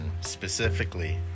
specifically